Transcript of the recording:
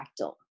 fractal